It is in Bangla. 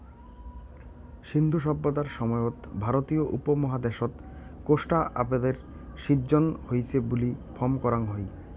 সিন্ধু সভ্যতার সময়ত ভারতীয় উপমহাদ্যাশত কোষ্টা আবাদের সিজ্জন হইচে বুলি ফম করাং হই